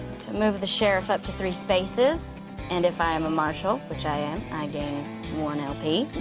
to move the sheriff up to three spaces and if i am a marshal, which i am, i gain one lp.